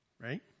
right